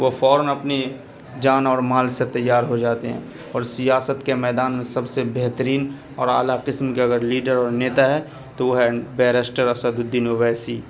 وہ فوراً اپنی جان اور مال سے تیار ہو جاتے ہیں اور سیاست کے میدان میں سب سے بہترین اور اعلیٰ قسم كے اگر لیڈر اور نیتا ہے تو وہ ہے بیرسٹر اسد الدین اویسی